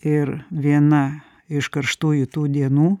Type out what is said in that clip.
ir viena iš karštųjų tų dienų